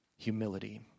humility